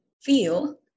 feel